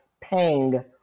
pang